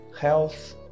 health